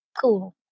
Cool